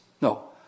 No